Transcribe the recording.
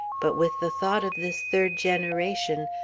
but with the thought of this third generation,